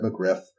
McGriff